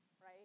right